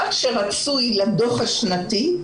שרצוי לדוח השנתי,